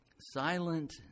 silent